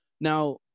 Now